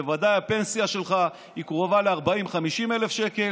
בוודאי הפנסיה שלך קרובה ל-40,000 50,000,